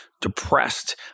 depressed